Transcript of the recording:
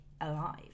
alive